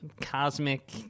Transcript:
cosmic